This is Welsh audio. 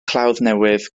clawddnewydd